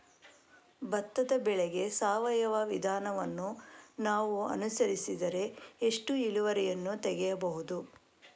ಭತ್ತದ ಬೆಳೆಗೆ ಸಾವಯವ ವಿಧಾನವನ್ನು ನಾವು ಅನುಸರಿಸಿದರೆ ಎಷ್ಟು ಇಳುವರಿಯನ್ನು ತೆಗೆಯಬಹುದು?